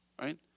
Right